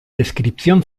descripción